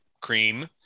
Cream